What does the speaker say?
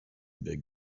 big